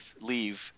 leave